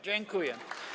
Dziękuję.